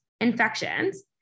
infections